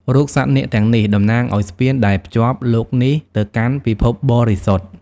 រូបសត្វនាគទាំងនេះតំណាងឱ្យស្ពានដែលភ្ជាប់លោកនេះទៅកាន់ពិភពបរិសុទ្ធ។